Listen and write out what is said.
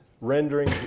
rendering